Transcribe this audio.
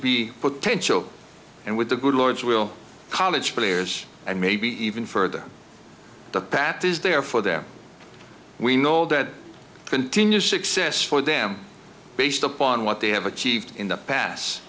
be potential and with the good lord's will college players and maybe even further the path is there for them we know that continued success for them based upon what they have achieved in the past